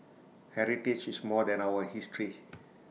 heritage is more than our history